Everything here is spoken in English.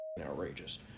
outrageous